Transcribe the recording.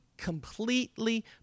completely